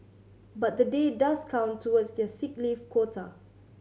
but the day does count towards their sick leave quota